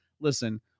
listen